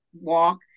walk